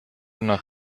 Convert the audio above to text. nach